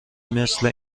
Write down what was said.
مثل